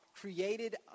created